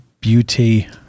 Beauty